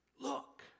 Look